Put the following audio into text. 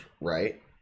right